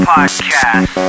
Podcast